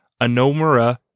anomura